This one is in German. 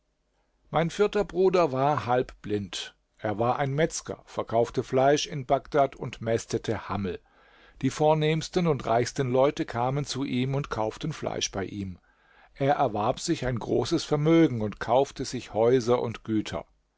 mein vierter bruder war halb blind er war ein metzger verkaufte fleisch in bagdad und mästete hammel die vornehmsten und reichsten leute kamen zu ihm und kauften fleisch bei ihm er erwarb sich ein großes vermögen und kaufte sich häuser und güter